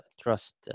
trust